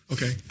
Okay